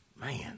man